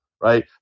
right